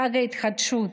לחג ההתחדשות.